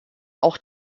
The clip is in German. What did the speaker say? auch